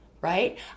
right